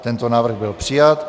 Tento návrh byl přijat.